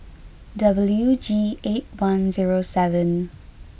W G eight one zero seven